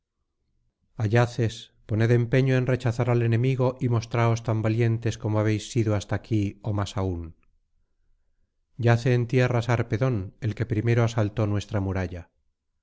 ayaces poned empeño en rechazar al enemigo y mostraos tan valientes como habéis sido hasta aquí ó más aún yace en tierra sarpedón el que primero asaltó nuestra muralla